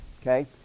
okay